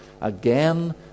again